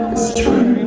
straits